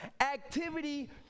Activity